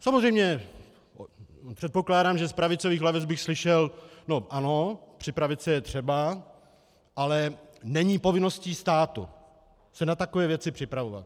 Samozřejmě, předpokládám, že z pravicových lavic bych slyšel: Ano, připravit se je třeba, ale není povinností státu se na takové věci připravovat.